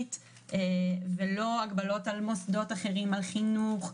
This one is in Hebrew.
בריאותית ולא הגבלות על מוסדות אחרים: על חינוך,